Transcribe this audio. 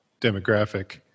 demographic